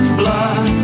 blood